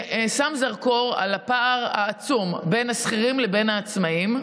ושם זרקור על הפער העצום בין השכירים לבין העצמאים,